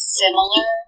similar